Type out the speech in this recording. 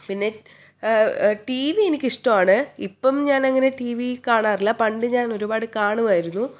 പിന്നെ T V എനിക്കിഷ്ടമാണ് ഇപ്പം ഞാനങ്ങനെ ടി വി കാണാറില്ല പണ്ട് ഞാനൊരുപാട് കാണുമായിരുന്നു